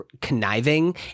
conniving